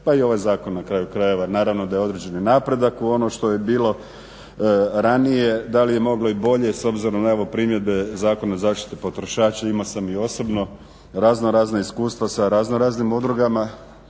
pa i ovaj zakon na kraju krajeva naravno da je određeni napredak u odnosu na ono što je bilo ranije. Da li je moglo i bolje s obzirom na evo primjedbe Zakona o zaštiti potrošača, imao sam i osobno raznorazna iskustva sa raznoraznim udrugama.